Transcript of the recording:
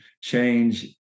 change